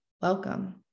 welcome